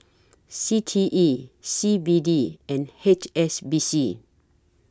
C T E C B D and H S B C